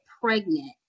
pregnant